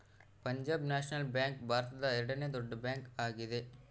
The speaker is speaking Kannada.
ಪಂಜಾಬ್ ನ್ಯಾಷನಲ್ ಬ್ಯಾಂಕ್ ಭಾರತದ ಎರಡನೆ ದೊಡ್ಡ ಬ್ಯಾಂಕ್ ಆಗ್ಯಾದ